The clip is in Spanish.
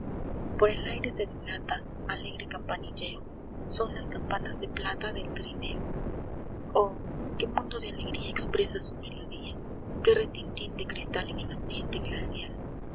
por el aire se dilata alegre campanilleo son las campanas de plata del trineo oh qué mundo de alegría expresa su melodía qué retintín de cristal en el ambiente glacial